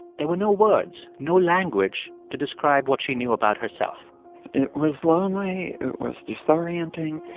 there were no words, no language to describe what she knew about herself it was lonely. it was disorienting.